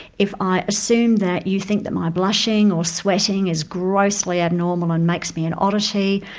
if i assume that you think that my blushing or sweating is grossly abnormal and makes me an oddity,